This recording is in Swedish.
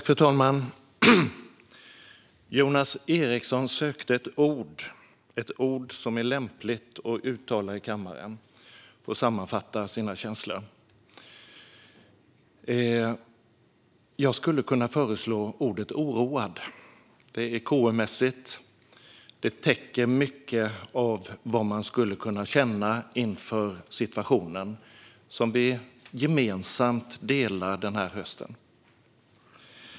Fru talman! Jonas Eriksson sökte ett ord som är lämpligt att uttala i kammaren för att sammanfatta sina känslor. Jag skulle kunna föreslå ordet "oroad". Det är KU-mässigt, och det täcker mycket av vad man skulle kunna känna inför den situation som vi delar denna höst.